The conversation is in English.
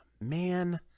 Man